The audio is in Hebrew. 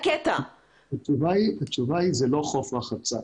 התשובה היא שזה לא חוף רחצה.